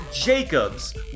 Jacobs